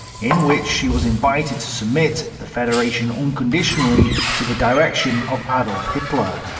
in which she was invited to submit the federation unconditionally to the direction of adolf hitler,